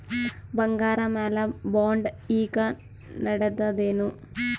ಬಂಗಾರ ಮ್ಯಾಲ ಬಾಂಡ್ ಈಗ ನಡದದೇನು?